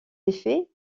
effet